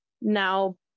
now